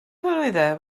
celwyddau